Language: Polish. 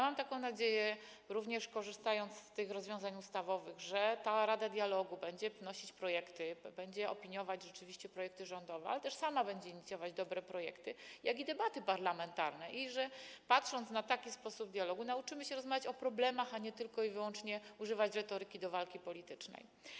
Mam taką nadzieję, również korzystając z tych rozwiązań ustawowych, że ta rada dialogu będzie wnosić projekty, będzie rzeczywiście opiniować projekty rządowe, ale też sama będzie inicjować dobre projekty, jak i debaty parlamentarne, i że patrząc na taki sposób dialogu, nauczymy się rozmawiać o problemach, a nie tylko i wyłącznie będziemy używać retoryki do walki politycznej.